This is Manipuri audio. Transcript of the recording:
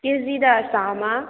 ꯀꯦꯖꯤꯗ ꯆꯥꯃ